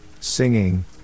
singing